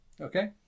Okay